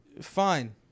Fine